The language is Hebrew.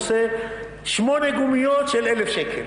עושה שמונה גומיות של 1,000 שקל,